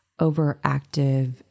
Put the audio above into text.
overactive